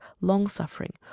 long-suffering